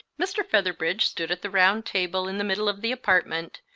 mr. featherbridge stood at the round table in the middle of the apartment,